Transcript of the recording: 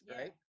Right